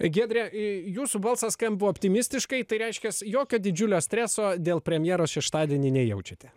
giedre jūsų balsas skamba optimistiškai tai reiškias jokio didžiulio streso dėl premjeros šeštadienį nejaučiate